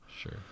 Sure